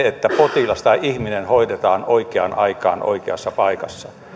että potilas tai ihminen hoidetaan oikeaan aikaan oikeassa paikassa